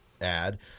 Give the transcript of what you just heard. add